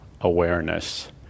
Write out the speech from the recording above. awareness